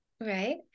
Right